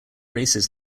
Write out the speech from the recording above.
races